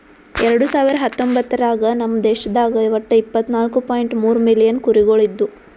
ಎರಡು ಸಾವಿರ ಹತ್ತೊಂಬತ್ತರಾಗ ನಮ್ ದೇಶದಾಗ್ ಒಟ್ಟ ಇಪ್ಪತ್ನಾಲು ಪಾಯಿಂಟ್ ಮೂರ್ ಮಿಲಿಯನ್ ಕುರಿಗೊಳ್ ಇದ್ದು